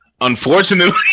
unfortunately